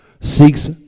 seeks